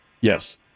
Yes